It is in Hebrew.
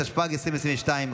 התשפ"ג 2022,